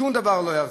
שום דבר לא יחזיק.